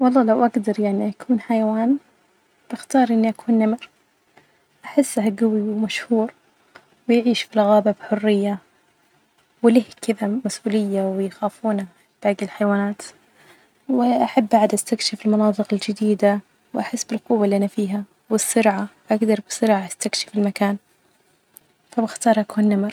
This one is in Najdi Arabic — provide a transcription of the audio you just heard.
والله لو أجدر يعني أكون حيوان أختار إني أكون نمر، أحسه جوي ومشهور بيعيش في الغابة بحرية، ولية كدة مسؤول ويخافونة باجي الحيوانات، وأحب اقعد أستكشف المناطق الجديدة وأحس بالقوة اللي أنا فيها، والسرعة أجدر بسرعة أستكشف المكان، فبختار أكون نمر.